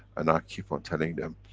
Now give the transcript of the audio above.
and i keep on telling them,